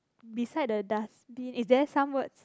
beside the dustbin is there some words